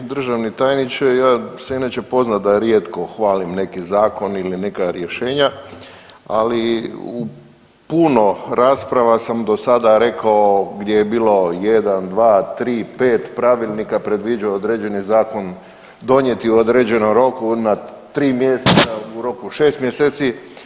Poštovani državni tajniče, ja sam inače poznat da rijetko hvalim neki zakon ili neka rješenja, ali u puno rasprava sam do sada rekao gdje je bilo 1, 2, 3, 5 pravilnika predviđao određeni zakon donijeti u određenom roku na 3 mjeseca, u roku 6 mjeseci.